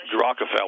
Rockefeller